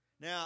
now